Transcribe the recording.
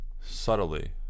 subtly